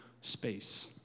space